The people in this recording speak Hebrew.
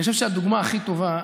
אני חושב שהדוגמה הכי טובה: